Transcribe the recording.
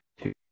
two